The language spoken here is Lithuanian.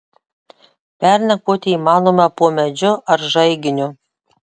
pernakvoti įmanoma po medžiu ar žaiginiu